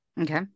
Okay